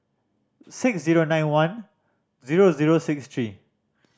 six zero nine one zero zero six three